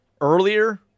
earlier